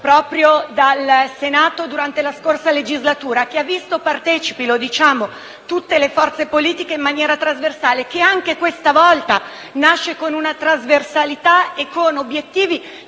proprio dal Senato durante la scorsa legislatura, che ha visto partecipi tutte le forze politiche in maniera trasversale, una Commissione che anche questa volta nasce con trasversalità e con obiettivi